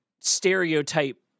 stereotype